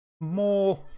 more